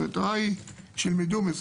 המטרה היא שהן ילמדו מזה.